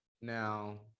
now